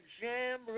JAM